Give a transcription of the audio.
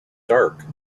dark